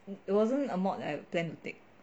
it wasn't a mod I plan to take